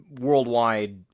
worldwide